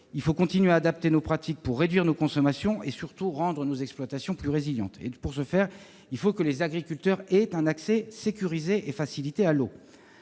Il faut continuer à adapter nos pratiques pour réduire nos consommations et, surtout, rendre nos exploitations plus résilientes. Pour ce faire, les agriculteurs doivent avoir un accès sécurisé et facilité à l'eau.